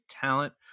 talent